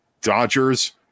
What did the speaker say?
Dodgers